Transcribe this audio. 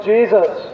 Jesus